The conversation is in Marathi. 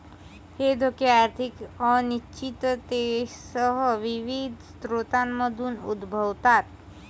हे धोके आर्थिक अनिश्चिततेसह विविध स्रोतांमधून उद्भवतात